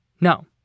No